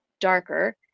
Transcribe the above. darker